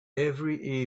every